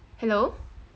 hello